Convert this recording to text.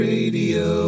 Radio